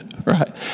right